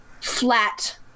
flat